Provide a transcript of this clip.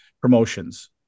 promotions